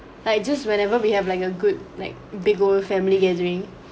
like just whenever we have like a good like bigger family gathering